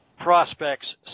prospects